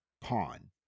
pawn